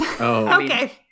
Okay